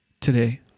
today